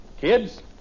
Kids